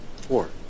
Four